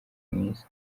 mwiza